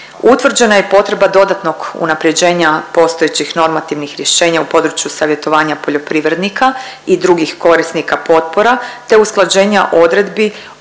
Utvrđena je potreba dodatnog unaprjeđenja postojećih normativnih rješenja u području savjetovanja poljoprivrednika i drugih korisnika potpora te usklađenja odredbi